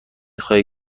خواهی